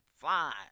fine